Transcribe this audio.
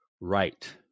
right